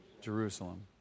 Jerusalem